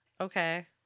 Okay